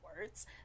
words